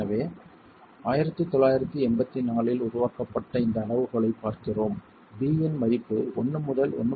எனவே 1984 இல் உருவாக்கப்பட்ட இந்த அளவுகோலைப் பார்க்கிறோம் b இன் மதிப்பு 1 முதல் 1